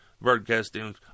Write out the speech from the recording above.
Broadcasting